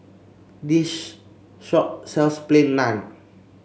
this shop sells Plain Naan